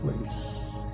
place